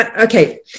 Okay